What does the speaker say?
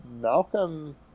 Malcolm